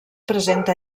presenta